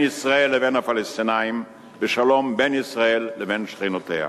ישראל לבין הפלסטינים ובין ישראל לבין שכנותיה.